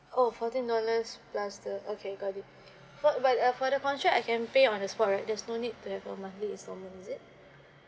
oh fourteen dollars plus the okay got it for but uh for the contract I can pay on the spot right there's no need to have a monthly instalment is it